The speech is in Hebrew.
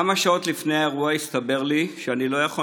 כמה שעות לפני האירוע הסתבר לי שאני לא יכול,